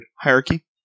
Hierarchy